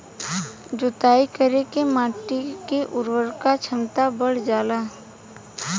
जुताई करे से माटी के उर्वरक क्षमता बढ़ जाला